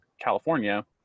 California